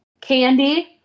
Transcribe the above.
Candy